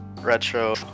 Retro